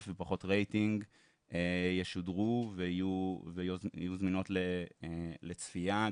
ופחות רייטינג ישודרו ויהיו זמינות לצפייה,